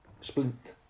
splint